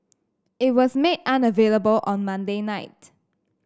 it was made unavailable on Monday night